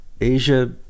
Asia